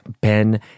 Ben